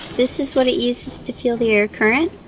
this is what it uses to feel the air current.